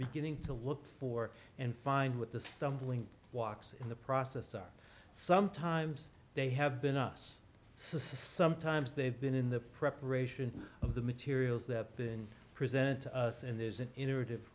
beginning to look for and find what the stumbling walks in the process are sometimes they have been us sometimes they've been in the preparation of the materials that then presented to us and there's an in